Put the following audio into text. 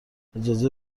اجازه